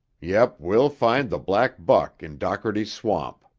yep, we'll find the black buck in dockerty's swamp.